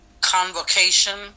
convocation